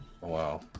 Wow